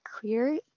clear